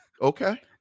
okay